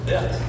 Yes